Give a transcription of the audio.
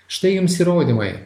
štai jums įrodymai